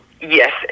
yes